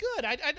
good